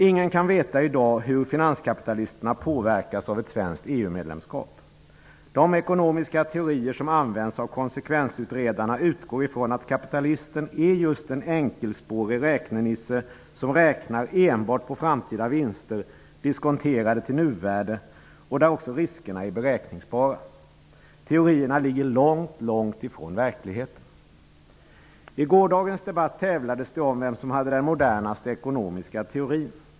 Ingen kan veta i dag hur finanskapitalisterna påverkas av ett svenskt EU-medlemskap. De ekonomiska teorier som används av konsekvensutredarna utgår ifrån att kapitalisten just är en enkelspårig räknenisse som enbart räknar på framtida vinster diskonterade till nuvärde och där också riskerna är beräkningsbara. Teorierna ligger långt ifrån verkligheten. I gårdagens debatt tävlades det om vem som hade den modernaste ekonomiska teorin.